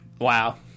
wow